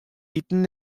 iten